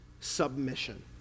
submission